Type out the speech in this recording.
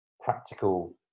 practical